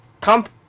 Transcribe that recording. camp